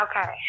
okay